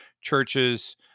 Churches